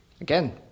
Again